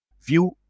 view